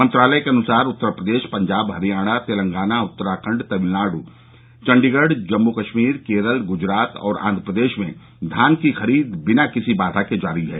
मंत्रालय के अनुसार उत्तर प्रदेश पंजाब हरियाणा तेलांगनाउत्तराखंड तमिलनाडु चंडीगढ़ जम्मू कश्मीर केरल गुजरात और आन्ध्र प्रदेश में धान की खरीद बिना किसी बाधा के जारी है